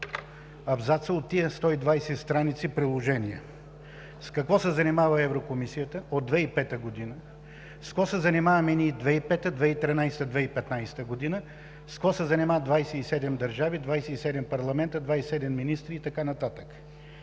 абзаца от тези 120 страници приложения. С какво се занимава Еврокомисията от 2005 г.? С какво се занимаваме ние в 2005, 2013, 2015 г.? С какво се занимават 27 държави, 27 парламента, 27 министри и така нататък?